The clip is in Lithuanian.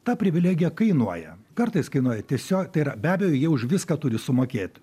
ta privilegija kainuoja kartais kainuoja tiesiog be abejo jie už viską turi sumokėt